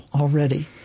already